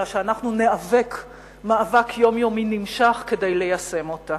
אלא שאנחנו ניאבק מאבק יומיומי נמשך כדי ליישם אותה.